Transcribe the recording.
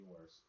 worse